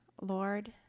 Lord